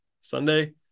Sunday